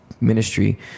ministry